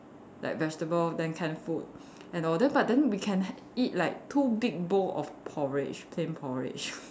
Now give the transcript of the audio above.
like vegetables then canned food and all that but then we can eat like two big bowl of porridge plain porridge